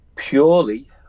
purely